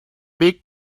big